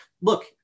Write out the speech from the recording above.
look